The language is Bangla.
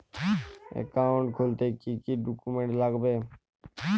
অ্যাকাউন্ট খুলতে কি কি ডকুমেন্ট লাগবে?